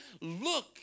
look